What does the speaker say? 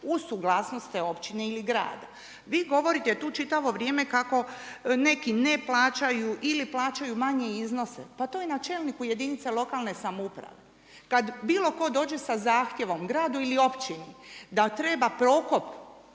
uz suglasnost te općine ili grada. Vi govorite tu čitavo vrijeme kako neki ne plaćaju ili plaćaju manje iznose. Pa to je na čelniku jedinice lokalne samouprave. Kada bilo tko dođe sa zahtjevom gradu ili općini da treba prokop